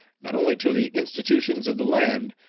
not only to the institutions of the land,